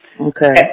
Okay